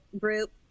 group